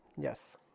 Yes